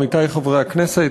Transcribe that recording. עמיתי חברי הכנסת,